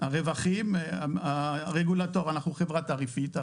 אנחנו חברה תעריפית.